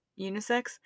unisex